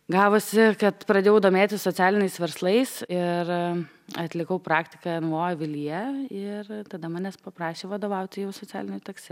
gavosi kad pradėjau domėtis socialiniais verslais ir atlikau praktiką avilyje ir tada manęs paprašė vadovauti jau socialinį taksi